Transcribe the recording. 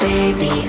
Baby